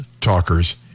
talkers